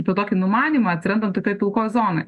apie tokį numanymą atsirandam tokioj pilkoj zonoj